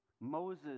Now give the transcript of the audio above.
Moses